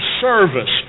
service